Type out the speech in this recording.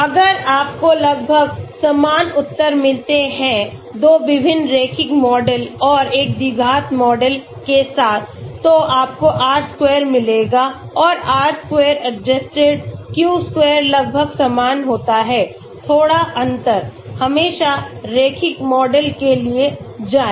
अगर आपको लगभग समान उत्तर मिलते हैं 2 विभिन्न रैखिक मॉडल और एक द्विघात मॉडल के साथ तो आपको r square मिलेगा और r square adjusted q square लगभग समान होता है थोड़ा अंतर हमेशा रैखिक मॉडल के लिए जाएं